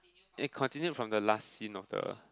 it continued from the last scene of the